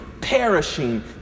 perishing